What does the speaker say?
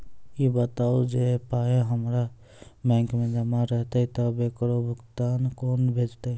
ई बताऊ जे पाय हमर बैंक मे जमा रहतै तऽ ककरो कूना भेजबै?